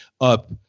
up